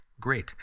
great